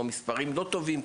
המספרים לא טובים,